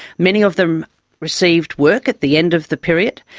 many of them received work at the end of the period,